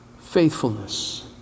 Faithfulness